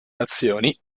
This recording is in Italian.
azioni